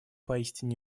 поистине